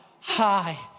high